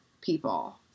people